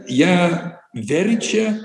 ją verčia